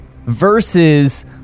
versus